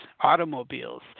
automobiles